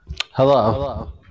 Hello